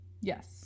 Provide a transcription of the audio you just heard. Yes